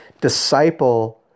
disciple